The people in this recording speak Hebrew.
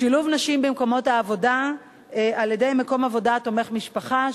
שילוב נשים במקומות העבודה על-ידי מקום עבודה תומך-משפחה,